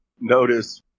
notice